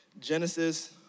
Genesis